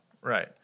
Right